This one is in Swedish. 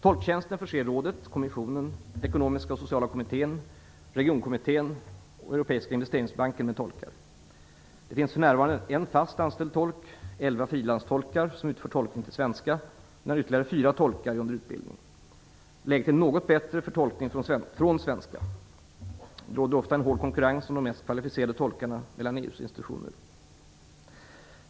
Tolktjänsterna förser rådet, kommissionen, den ekonomiska och sociala kommittén, regionkommittén och Europeiska investeringsbanken med tolkar. Det finns för närvarande en fast anställd tolk, elva frilanstolkar som utför tolkning till svenska, och ytterligare fyra tolkar är under utbildning. Läget är något bättre för tolkningen från svenska. Det råder ofta en hård konkurrens om de mest kvalificerade tolkarna mellan EU:s institutioner.